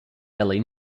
ellie